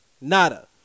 Nada